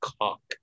cock